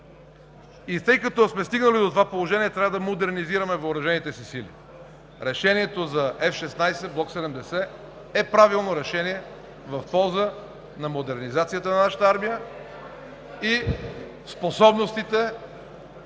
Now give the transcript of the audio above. и тъй като сме стигнали до това положение, трябва да модернизираме въоръжените си сили. Решението за F-16 Block 70 е правилно решение в полза на модернизацията на нашата армия и способностите